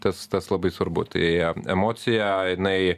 tas tas labai svarbu tai emocija jinai